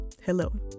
hello